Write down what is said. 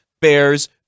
Bears